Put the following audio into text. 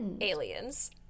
aliens